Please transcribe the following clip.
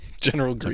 General